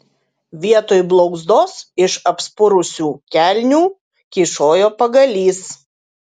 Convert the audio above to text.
vietoj blauzdos iš apspurusių kelnių kyšojo pagalys